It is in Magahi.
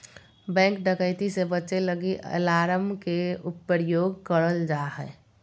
बैंक डकैती से बचे लगी अलार्म के प्रयोग करल जा हय